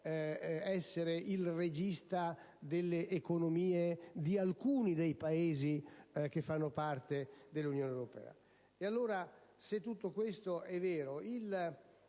essere la regista delle economie di alcuni dei Paesi che fanno parte dell'Unione europea. Se tutto questo è vero, il